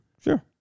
sure